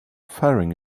firing